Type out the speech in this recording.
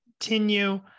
continue